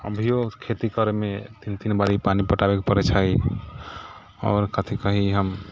अभियो खेती करऽमे तीन तीन बारी पानि पटाबऽके पड़ै छै आओर कथी कही हम